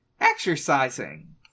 exercising